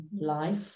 life